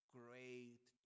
great